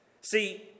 See